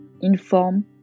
inform